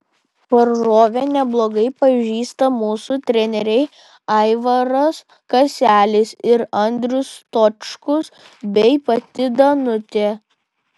varžovę neblogai pažįsta mūsų treneriai aivaras kaselis ir andrius stočkus bei pati danutė